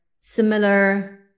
similar